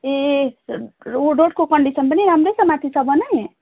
ए रोडको कन्डिसन पनि राम्रै छ माथिसम्म नै